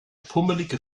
pummelige